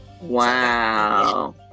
Wow